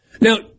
Now